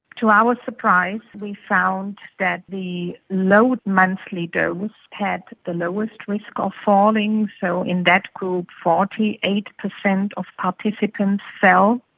to our surprise we found that the low monthly dose had the lowest risk of falling. so in that group forty eight percent of participants fell,